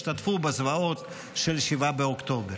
השתתפו בזוועות של 7 באוקטובר.